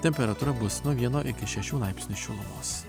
temperatūra bus nuo vieno iki šešių laipsnių šilumos